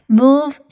move